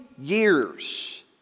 years